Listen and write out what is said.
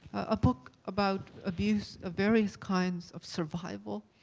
a book about abuse of various kinds, of survival.